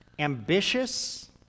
Ambitious